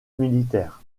militaire